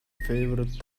favorite